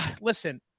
listen